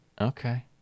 Okay